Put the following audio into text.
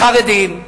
החרדים.